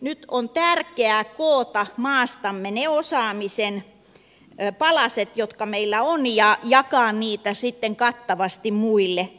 nyt on tärkeä koota maastamme ne osaamisen palaset jotka meillä on ja jakaa niitä sitten kattavasti muille